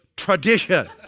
tradition